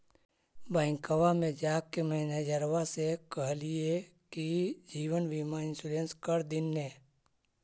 बैंकवा मे जाके मैनेजरवा के कहलिऐ कि जिवनबिमा इंश्योरेंस कर दिन ने?